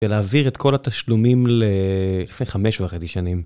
ולהעביר את כל התשלומים לפני חמש וחצי שנים.